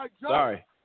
Sorry